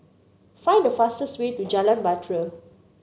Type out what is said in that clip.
find the fastest way to Jalan Bahtera